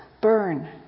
burn